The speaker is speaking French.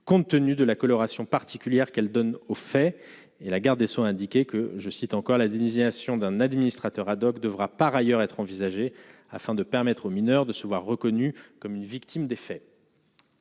compte tenu de la coloration particulière qu'elle donne au fait et la garde des soins, a indiqué que, je cite encore la d'initiation d'un administrateur ad-hoc devra par ailleurs être envisagée afin de permettre aux mineurs de se voir reconnu comme une victime des faits